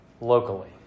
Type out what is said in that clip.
locally